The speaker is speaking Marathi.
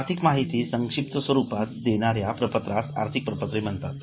आर्थिक माहिती संक्षिप्त स्वरूपात देणाऱ्या प्रपत्रास आर्थिक प्रपत्रे म्हणतात